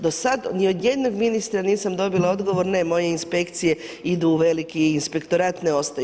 Do sada ni od jednog ministra nisam dobila odgovor, ne moje inspekcije, idu u veliki inspektorat pa ne ostaju.